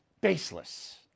Baseless